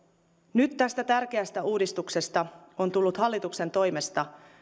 nyt tästä tärkeästä uudistuksesta on tullut hallituksen toimesta